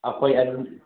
ꯍꯣꯏ ꯑꯗꯨꯕꯨꯗꯤ